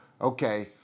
okay